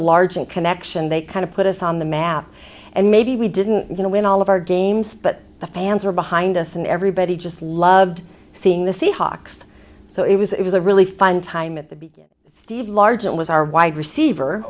the largent connection they kind of put us on the map and maybe we didn't you know when all of our games but the fans were behind us and everybody just loved seeing the seahawks so it was it was a really fun time at the beach steve largent was our wide receiver